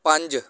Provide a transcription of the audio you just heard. ਪੰਜ